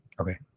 Okay